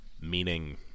meaning